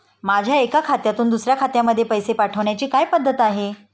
माझ्या एका खात्यातून दुसऱ्या खात्यामध्ये पैसे पाठवण्याची काय पद्धत आहे?